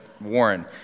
Warren